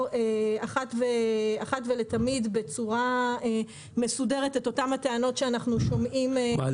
אחת ולתמיד ובצורה מסודרת את הטענות שאנחנו שומעים --- מה,